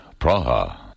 Praha